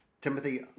Timothy